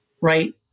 right